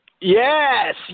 Yes